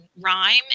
rhyme